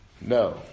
No